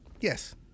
Yes